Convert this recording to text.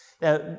Now